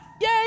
Yay